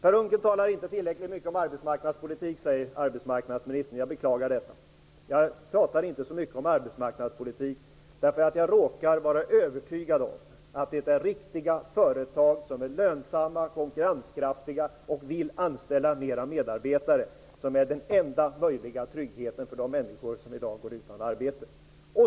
Arbetsmarknadsministern säger att Per Unckel inte talar tillräckligt mycket om arbetsmarknadspolitik. Jag talar inte så mycket om arbetsmarknadspolitik, eftersom jag råkar vara övertygad om att det är riktiga företag, som är lönsamma och konkurrenskraftiga och som vill anställa flera medarbetare, som är den enda möjliga tryggheten för de människor som i dag går utan arbete.